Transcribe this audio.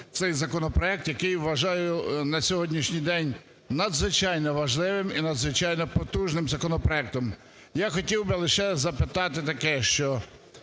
цей законопроект, який, вважаю, на сьогоднішній день надзвичайно важливим і надзвичайно потужним законопроектом. Я хотів би лише запитати таке, що